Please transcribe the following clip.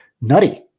nutty